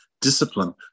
Discipline